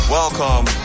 Welcome